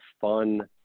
fun